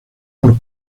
por